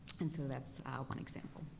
and so that's one example.